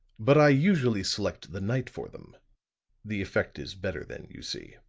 but i usually select the night for them the effect is better then, you see.